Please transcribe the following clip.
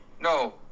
No